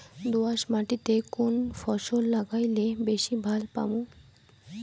দোয়াস মাটিতে কুন ফসল লাগাইলে বেশি লাভ পামু?